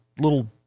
little